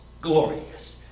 Glorious